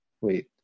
wait